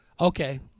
Okay